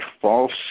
false